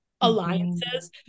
alliances